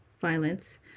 violence